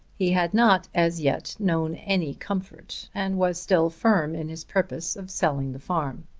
he had not as yet known any comfort and was still firm in his purpose of selling the farm.